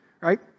right